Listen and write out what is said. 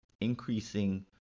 increasing